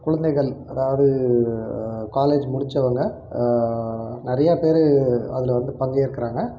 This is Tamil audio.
குழந்தைகள் அதாவது காலேஜ் முடித்தவங்க நிறையா பேர் அதில் வந்து பங்கேற்கிறாங்க